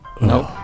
Nope